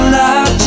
love